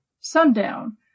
sundown